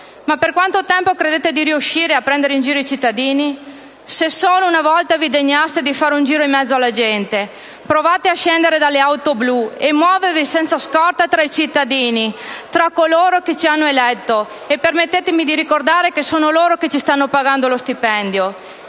Ma per quanto tempo credete di riuscire a prendere in giro i cittadini? Se solo una volta vi degnaste di fare un giro in mezzo alla gente! Provate a scendere dall'auto blu e a muovervi senza scorta tra i cittadini, tra coloro che ci hanno eletto (e permettemi di ricordare che sono loro che ci stanno pagando lo stipendio),